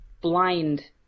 blind